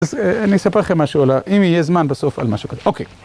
אז אני אספר לכם משהו על... אם יהיה זמן בסוף, על משהו כזה. אוקיי...